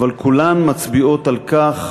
אבל כולן מצביעות על כך